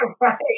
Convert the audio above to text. Right